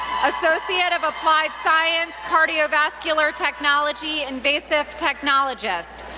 associate of applied science, cardiovascular technology, invasive technologist,